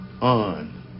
on